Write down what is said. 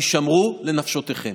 הישמרו לנפשותיכם.